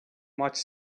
much